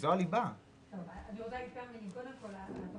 מרכז שלטון מקומי מברך על החוק